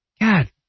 God